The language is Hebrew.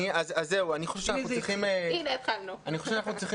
אני חושב שצריך